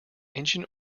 engine